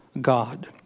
God